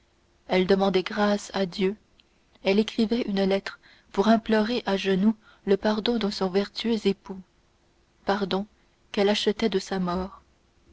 elle demandait grâce à dieu elle écrivait une lettre pour implorer à genoux le pardon de son vertueux époux pardon qu'elle achetait de sa mort